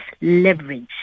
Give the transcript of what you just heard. leverage